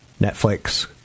Netflix